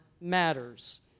matters